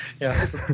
Yes